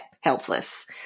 helpless